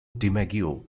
dimaggio